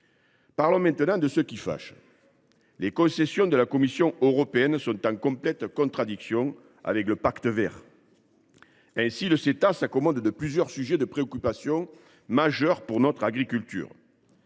Parlons maintenant de ce qui fâche. Les concessions de la Commission européenne sont en complète contradiction avec le Pacte vert. Ainsi, le Ceta s’accommode de ce qui constitue plusieurs sujets de préoccupation majeurs pour notre agriculture